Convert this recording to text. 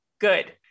good